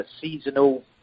seasonal